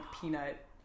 peanut